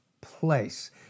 place